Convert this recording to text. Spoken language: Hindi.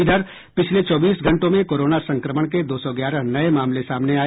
इधर पिछले चौबीस घंटों में कोरोना संक्रमण के दो सौ ग्यारह नए मामले सामने आए